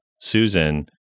Susan